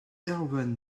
erwann